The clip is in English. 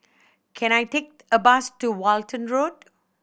can I take a bus to Walton Road